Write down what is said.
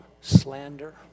Slander